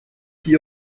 qui